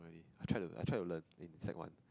I try to I try to learn in sec one